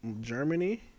Germany